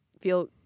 feel